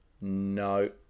No